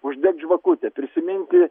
uždegt žvakutę prisiminti